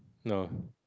no